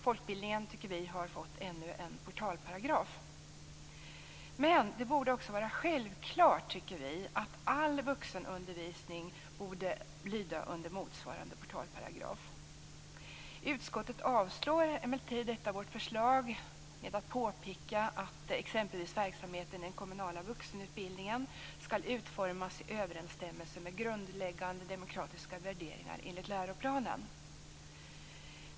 Folkbildningen har fått ännu en portalparagraf. Det är också självklart, tycker vi, att all vuxenundervisning borde lyda under motsvarande portalparagraf. Utskottet avstyrker emellertid vårt förslag genom att påpeka att t.ex. verksamheten i den kommunala vuxenutbildningen skall utformas i överensstämmelse med grundläggande demokratiska värderingar enligt läroplanen.